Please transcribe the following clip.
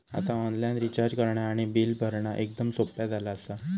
आता online recharge करणा आणि बिल भरणा एकदम सोप्या झाला आसा